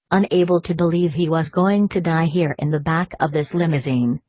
unable to believe he was going to die here in the back of this limousine,